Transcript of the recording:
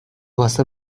واسه